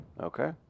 Okay